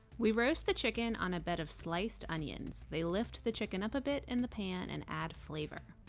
we roast the chicken on a bed of sliced onions they lift the chicken up a bit in the pan and add flavor.